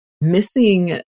missing